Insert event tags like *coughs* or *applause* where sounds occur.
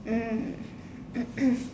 mm *coughs*